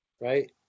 right